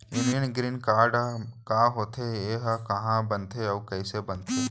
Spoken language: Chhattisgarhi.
यूनियन ग्रीन कारड का होथे, एहा कहाँ बनथे अऊ कइसे बनथे?